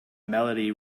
melody